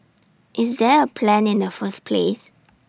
is there A plan in the first place